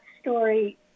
story